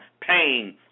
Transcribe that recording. pain